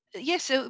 Yes